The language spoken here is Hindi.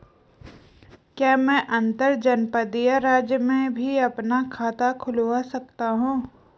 क्या मैं अंतर्जनपदीय राज्य में भी अपना खाता खुलवा सकता हूँ?